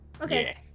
Okay